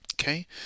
okay